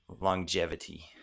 longevity